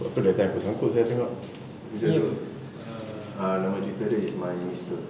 sebab tu that time aku sangkut sia cakap ni apa ah ah nama cerita dia is my minister